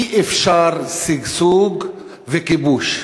אי-אפשר שגשוג וכיבוש.